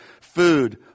food